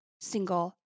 single